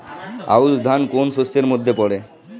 আউশ ধান কোন শস্যের মধ্যে পড়ে?